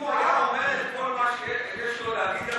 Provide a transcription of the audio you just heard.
הוא היה אומר את כל מה שיש לו להגיד על